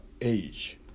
age